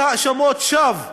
על האשמות שווא.